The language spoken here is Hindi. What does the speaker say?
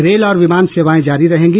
रेल और विमान सेवाएं जारी रहेंगी